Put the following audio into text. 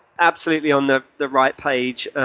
absolutely on the the right page.